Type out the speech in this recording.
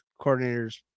coordinators